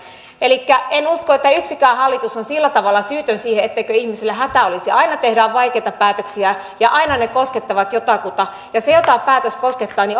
elikkä en usko että yksikään hallitus on sillä tavalla syytön siihen etteikö ihmisillä hätä olisi aina tehdään vaikeita päätöksiä ja aina ne koskettavat jotakuta ja se jota päätös koskettaa